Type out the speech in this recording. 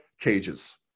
cages